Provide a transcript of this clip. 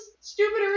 Stupider